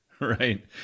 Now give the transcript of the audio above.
right